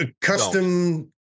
custom